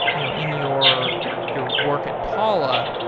you know in your your work at talla,